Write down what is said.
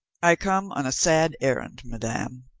i come on a sad errand, madame.